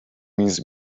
means